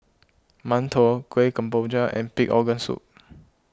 Mantou Kuih Kemboja and Pig Organ Soup